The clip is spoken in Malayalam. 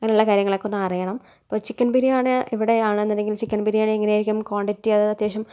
അങ്ങനെയുള്ള കാര്യങ്ങളൊക്കെ ഒന്ന് അറിയണം അപ്പോൾ ചിക്കൻ ബിരിയാണി ഇവിടെ ആണ് എന്നുണ്ടെങ്കിൽ ചിക്കൻ ബിരിയാണി എങ്ങനെയായിരിക്കും ക്വാണ്ടിറ്റി അതായത് അത്യാവശ്യം